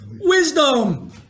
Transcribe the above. wisdom